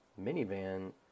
minivan